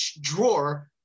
drawer